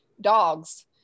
dogs